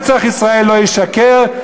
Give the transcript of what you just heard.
נצח ישראל לא ישקר,